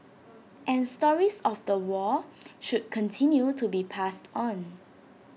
and stories of the war should continue to be passed on